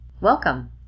welcome